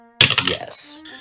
Yes